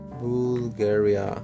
Bulgaria